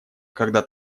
когда